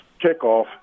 kickoff